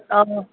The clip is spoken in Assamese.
অঁ